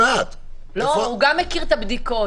הוא גם מכיר את הבדיקות.